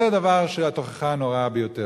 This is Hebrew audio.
אנחנו רוצים שאף אחד לא יתחמק מן החובה הזאת,